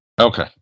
Okay